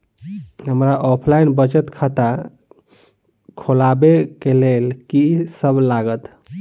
हमरा ऑफलाइन बचत खाता खोलाबै केँ लेल की सब लागत?